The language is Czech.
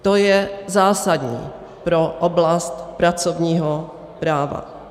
To je zásadní pro oblast pracovního práva.